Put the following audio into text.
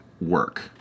work